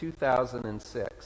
2006